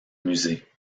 musée